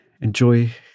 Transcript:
Enjoy